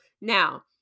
Now